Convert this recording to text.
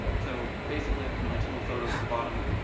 so, basically i have my tool photos at the bottom.